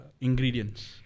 ingredients